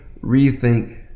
rethink